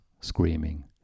screaming